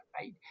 right